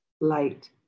light